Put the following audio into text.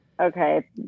Okay